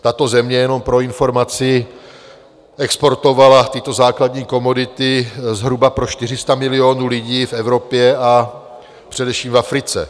Tato země, jenom pro informaci, exportovala tyto základní komodity zhruba pro 400 milionů lidí v Evropě, a především v Africe.